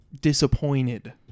Disappointed